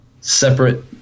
separate